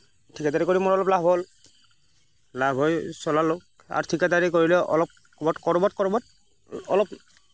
ঠিকাদাৰি কৰি মোৰ অলপ লাভ হ'ল লাভ হৈ চলালোঁ আৰু ঠিকাদাৰি কৰিলেও অলপ ক'ৰবাত ক'ৰবাত ক'ৰবাত অলপ